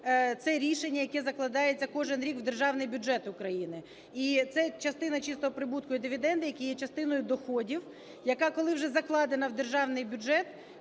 це рішення, яке закладається кожен рік в Державний бюджет України. І це частина чистого прибутку і дивіденди, які є частиною доходів, яка, коли вже закладена в державний бюджет,